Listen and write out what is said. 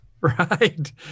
Right